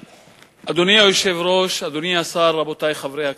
אדוני היושב-ראש, אדוני השר, רבותי חברי הכנסת,